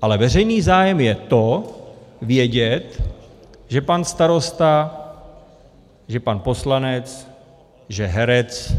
Ale veřejný zájem je to, vědět, že pan starosta, že pan poslanec, že herec,